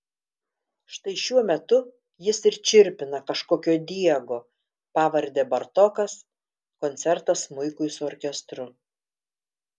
štai šiuo metu jis ir čirpina kažkokio diego pavarde bartokas koncertą smuikui su orkestru